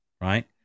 right